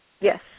Yes